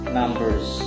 numbers